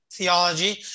theology